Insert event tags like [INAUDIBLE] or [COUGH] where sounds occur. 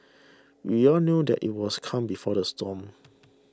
we all knew that it was calm before the storm [NOISE]